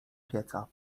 pieca